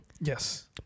Yes